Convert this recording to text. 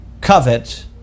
covet